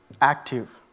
active